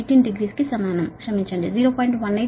18 డిగ్రీకి సమానం క్షమించండి 0